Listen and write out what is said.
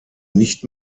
nicht